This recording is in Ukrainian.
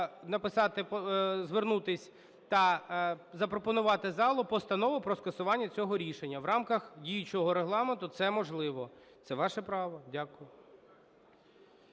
написати, звернутися та запропонувати залу постанову про скасування цього рішення. В рамках діючого Регламенту це можливо, це ваше право. Дякую.